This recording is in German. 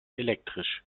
elektrisch